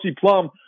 Plum